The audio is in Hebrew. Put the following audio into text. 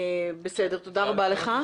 בסדר, תודה רבה לך.